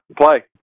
play